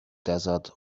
desert